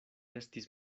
estis